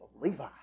Levi